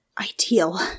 ideal